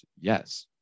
Yes